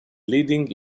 leading